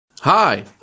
Hi